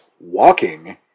walking